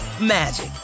magic